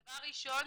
דבר ראשון,